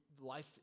life